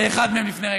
לאחד מהם לפני רגע.